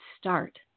start